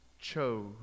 chose